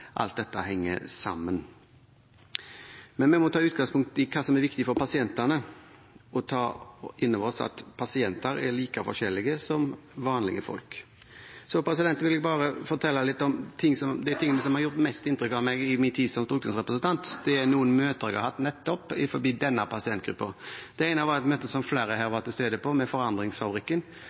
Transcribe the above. alt dette henger sammen. Vi må ta utgangspunkt i hva som er viktig for pasientene, og ta innover oss at pasienter er like forskjellige som vanlige folk. Jeg vil fortelle litt om de tingene som har gjort mest inntrykk på meg i min tid som stortingsrepresentant. Det er møter jeg har hatt med nettopp denne pasientgruppen. Det ene var et møte som flere her var til stede på, med Forandringsfabrikken,